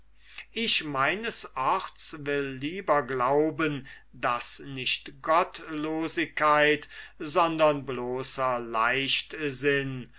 ich meines orts will lieber glauben daß nicht gottlosigkeit sondern bloßer leichtsinn